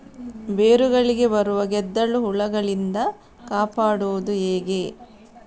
ಬೇರುಗಳಿಗೆ ಬರುವ ಗೆದ್ದಲು ಹುಳಗಳಿಂದ ಕಾಪಾಡುವುದು ಹೇಗೆ?